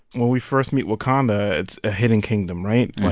when we first meet wakanda, it's a hidden kingdom, right?